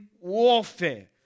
warfare